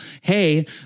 hey